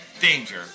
Danger